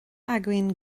againn